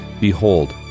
Behold